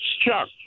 Chuck